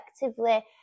effectively